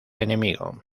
enemigo